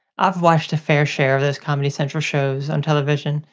i've watched a fair share of those comedy central shows on television,